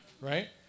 right